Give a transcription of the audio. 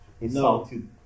insulted